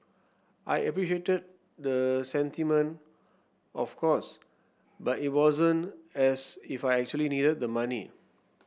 I appreciated the sentiment of course but it wasn't as if I actually needed the money